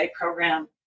program